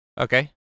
Okay